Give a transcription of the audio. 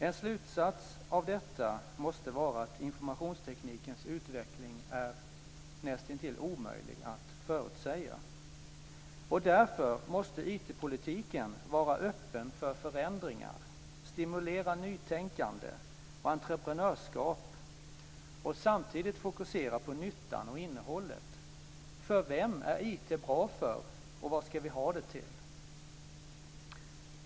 En slutsats man kan dra av detta måste vara att informationsteknikens utveckling är näst intill omöjlig att förutsäga. IT-politiken måste därför vara öppen för förändringar, stimulera nytänkande och entreprenörskap och samtidigt fokusera på nyttan och innehållet. Vem är IT bra för, och vad ska vi ha det till?